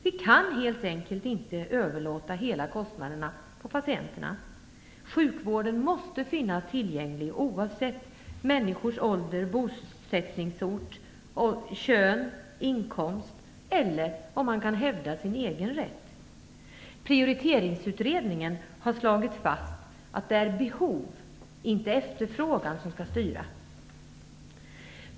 Vi kan helt enkelt inte överlåta hela kostnaden på patienterna. Sjukvården måste finnas tillgänglig oavsett människors ålder, bosättningsort, kön, inkomst eller om man kan hävda sin egen rätt. Prioriteringsutredningen har slagit fast att det är behov, inte efterfrågan, som skall styra.